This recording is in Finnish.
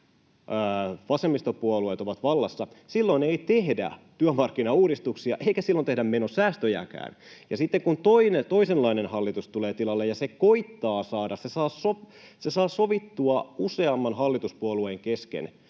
vasemmistopuolueet, ovat vallassa, silloin ei tehdä työmarkkinauudistuksia eikä silloin tehdä menosäästöjäkään. Ja sitten kun toisenlainen hallitus tulee tilalle ja se saa sovittua useamman hallituspuolueen kesken,